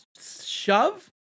shove